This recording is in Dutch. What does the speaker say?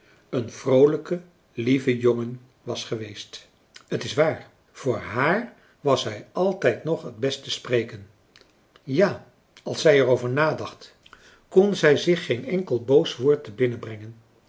een vroolijke lieve jongen was geweest t is waar voor hààr was hij altijd nog het best te spreken ja als zij er over nadacht kon zij zich geen enkel boos woord